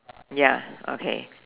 ya okay